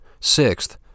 Sixth